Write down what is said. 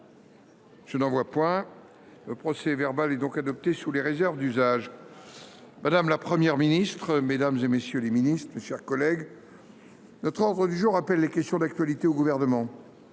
d’observation ?… Le procès verbal est adopté sous les réserves d’usage. Madame la Première ministre, mesdames, messieurs les ministres, mes chers collègues, l’ordre du jour appelle les questions d’actualité au Gouvernement.